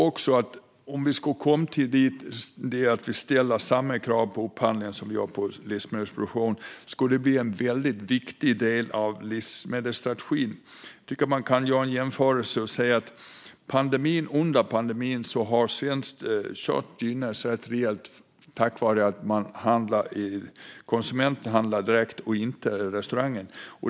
Om vi ska komma dit att vi ställer samma krav på upphandlingar som vi gör på livsmedelsproduktion skulle det bli en viktig del av livsmedelsstrategin. Jag tycker att man kan göra en jämförelse och säga att under pandemin har svenskt kött gynnats rätt rejält tack vare att konsumenten handlar direkt, och inte restaurangen.